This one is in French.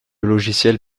logiciel